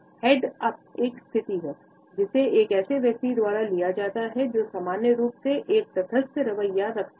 head up एक स्थिति है जिसे एक ऐसे व्यक्ति द्वारा लिया जाता है जो सामान्य रूप से एक तटस्थ रवैया रखता है